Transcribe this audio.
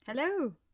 Hello